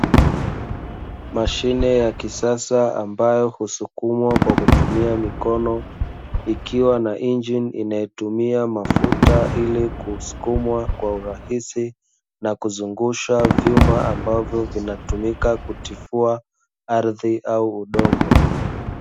Mashine ya kisasa ambayo husukumwa kwa kutumia mikono ikiwa na injini, inayotumia mafuta ili kusukumwa kwa urahisi na kuzungusha vyuma ambavyo vinavyotumika kutifua ardhi au udongo.